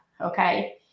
okay